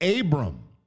Abram